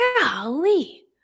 golly